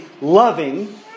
loving